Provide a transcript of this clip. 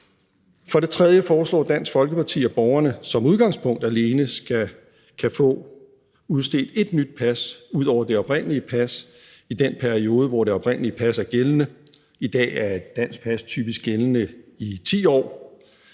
For det tredje foreslår Dansk Folkeparti, at borgerne som udgangspunkt alene skal kunne få udstedt ét nyt pas, ud over det oprindelige pas, i den periode, hvor det oprindelige pas er gældende. I dag er et dansk pas typisk gældende i 10 år.